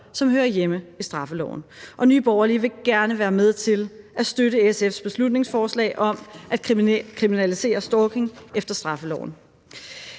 som hører hjemme i straffeloven, og Nye Borgerlige vil gerne være med til at støtte SF's beslutningsforslag om at kriminalisere stalking efter straffeloven.